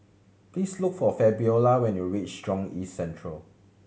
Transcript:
please look for Fabiola when you reach Jurong East Central